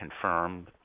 confirmed